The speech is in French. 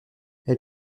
elle